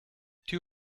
too